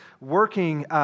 working